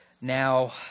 Now